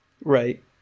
Right